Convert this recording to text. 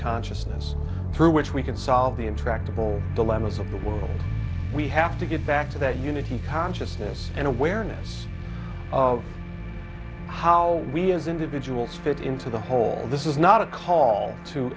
consciousness through which we can solve the intractable dilemma's of the world we have to get back to that unity consciousness and awareness of how we as individuals fit into the whole this is not a call to